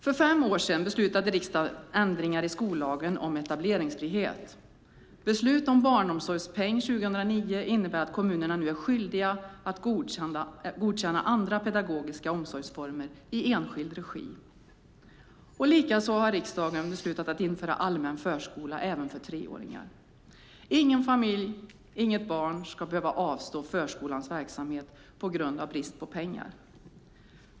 För fem år sedan beslutade riksdagen ändringar i skollagen om etableringsfrihet. Beslutet om barnomsorgspeng 2009 innebär att kommunerna nu är skyldiga att godkänna andra pedagogiska omsorgsformer i enskild regi. Likaså har riksdagen beslutat att införa allmän förskola även för treåringar. Ingen familj, inget barn, ska behöva avstå förskolans verksamhet på grund av brist på pengar.